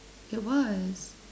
it was